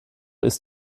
ist